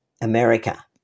America